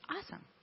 Awesome